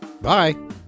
Bye